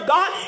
God